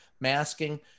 masking